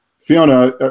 Fiona